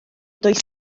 does